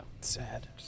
Sad